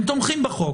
הם תומכים בחוק,